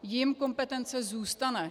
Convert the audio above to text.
Jim kompetence zůstane.